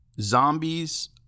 Zombie's